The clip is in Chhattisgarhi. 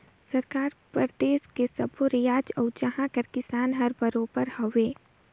सरकार बर देस के सब्बो रायाज अउ उहां के किसान हर बरोबर हवे